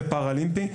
ופר-אולימפי.